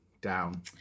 down